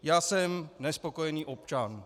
Já jsem nespokojený občan.